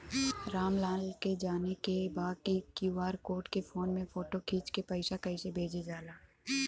राम लाल के जाने के बा की क्यू.आर कोड के फोन में फोटो खींच के पैसा कैसे भेजे जाला?